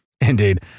indeed